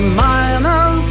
minor